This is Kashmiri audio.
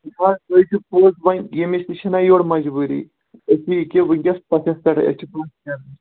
نہَ سۅے چھُ پوٚز وۄنۍ ییٚمِس نِش تہِ چھِنا یورٕ مجبوٗری أسۍ چھِ یہِ کہِ وُنکٮ۪س پَشیٚس پٮ۪ٹھٕے أسۍ چھِ